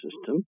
system